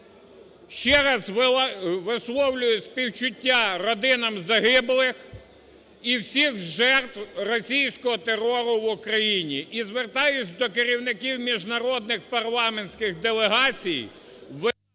Ще раз висловлюю співчуття родинам загиблих і всіх жертв російського терору в Україні. І звертаюсь до керівників міжнародних парламентських делегацій…